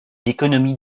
l’économie